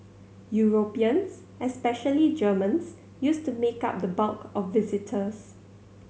Europeans especially Germans used to make up the bulk of visitors